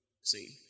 See